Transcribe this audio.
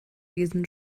diesen